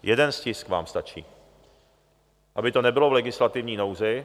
Jeden stisk vám stačí, aby to nebylo v legislativní nouzi.